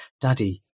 Daddy